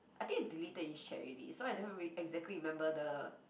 I think I deleted his chat already so I don't really exactly remember the